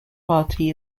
party